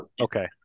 okay